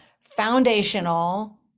foundational